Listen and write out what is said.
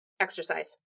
Exercise